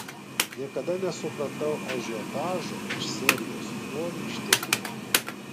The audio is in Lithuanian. niekada nesupratau ažiotažo iš serijos noriu ištekėti